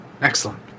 Excellent